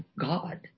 God